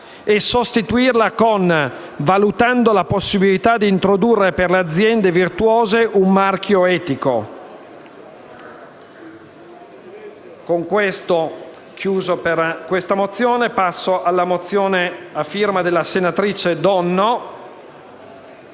e sostituirla con le parole: «valutando la possibilità di introdurre per le aziende virtuose un marchio etico».